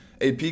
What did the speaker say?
AP